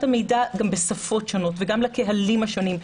המידע גם בשפות שונות וגם לקהלים השונים.